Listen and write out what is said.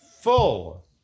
full